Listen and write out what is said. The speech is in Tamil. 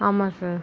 ஆமாம் சார்